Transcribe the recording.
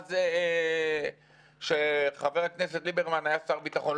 מאז שחבר הכנסת ליברמן היה שר הביטחון.